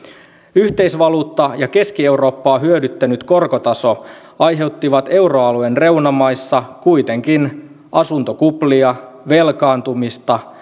yhteisvaluutta ja keski eurooppaa hyödyttänyt korkotaso aiheuttivat euroalueen reunamaissa kuitenkin asuntokuplia velkaantumista